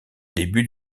début